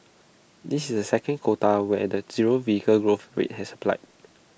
this is the second quota where the zero vehicle growth rate has applied